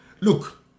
Look